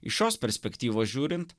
iš šios perspektyvos žiūrint